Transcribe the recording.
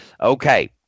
Okay